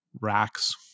racks